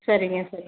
சரிங்க சரிங்க